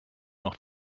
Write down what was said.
noch